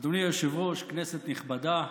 אדוני היושב-ראש, כנסת נכבדה,